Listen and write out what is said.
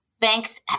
Banks